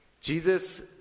Jesus